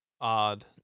odd